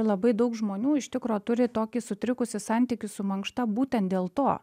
labai daug žmonių iš tikro turi tokį sutrikusį santykį su mankšta būtent dėl to